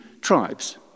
tribes